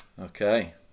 Okay